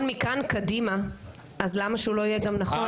מכאן קדימה אז למה שהוא לא יהיה גם נכון אחורה?